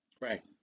Right